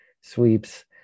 sweeps